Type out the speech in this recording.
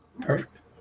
Perfect